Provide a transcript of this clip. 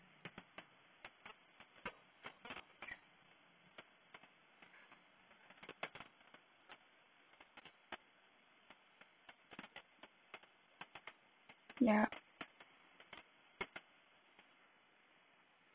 yup